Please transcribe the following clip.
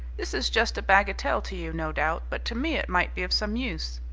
this is just a bagatelle to you, no doubt, but to me it might be of some use.